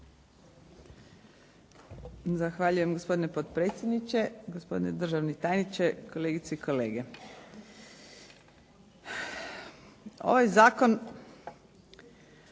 Zahvaljujem gospodine potpredsjedniče, gospodine državni tajniče, kolegice i kolege. Ovaj Zakon